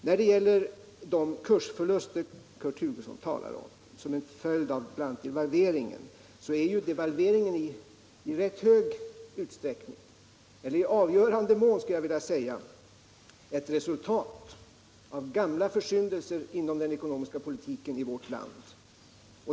Kurt Hugosson talade om de kursförluster som är en följd av bl.a. devalveringen. Devalveringen är i hög grad ett resultat av gamla försyndelser i vårt land på den ekonomiska politikens område.